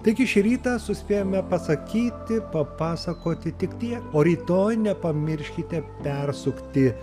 taigi šį rytą suspėjome pasakyti papasakoti tik tiek o rytoj nepamirškite persukti